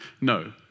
No